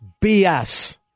BS